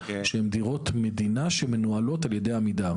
שהן דירות מדינה שהן מנוהלות על ידי עמידר.